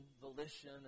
volition